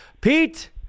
Pete